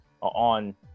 on